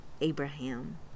Abraham